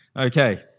Okay